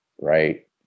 right